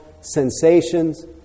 sensations